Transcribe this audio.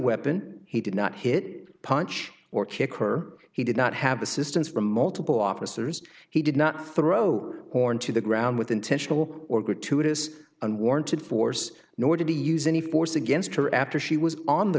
weapon he did not hit punch or kick or he did not have assistance from multiple officers he did not throw or into the ground with intentional or gratuitous unwarranted force nor did he use any force against her after she was on the